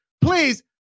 Please